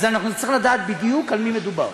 אז אנחנו צריכים לדעת בדיוק על מי מדובר.